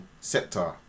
sector